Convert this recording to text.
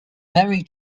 memory